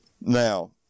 Now